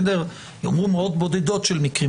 יאמרו מאות בודדות של מקרים,